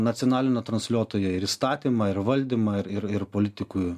nacionalinio transliuotojo ir įstatymą ir valdymą ir ir politikų